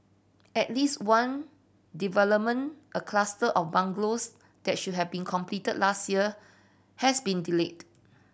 at least one development a cluster of bungalows that should have been completed last year has been delayed